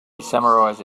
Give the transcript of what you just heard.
summarize